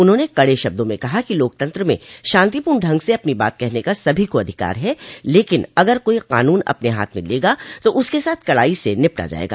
उन्होंने कड़े शब्दों में कहा कि लोकतंत्र में शांतिपूर्ण ढंग से अपनी बात कहने का सभी को अधिकार है लेकिन अगर कोई कानून अपने हाथ में लेगा तो उसके साथ कड़ाई से निपटा जायेगा